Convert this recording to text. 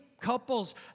Couples